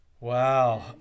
wow